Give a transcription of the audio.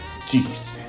jeez